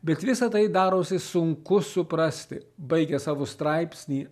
bet visa tai darosi sunku suprasti baigia savo straipsnį